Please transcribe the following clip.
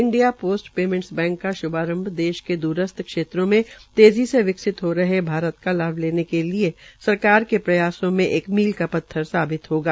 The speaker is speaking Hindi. इंडिया पोस्ट पेमेंटस का श्भारंभ देश के द्रस्थ क्षेत्रों में तेज़ी से विकसित हो रहे भारत का लाभ के सरकार के प्रयासों में एक मील का पत्थर साबित होगा